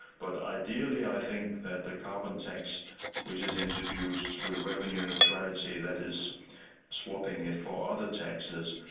but ideally i think that the carbon tax which is introduced with revenue neutrality, that is swapping it for other taxes,